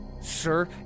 Sir